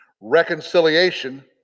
Reconciliation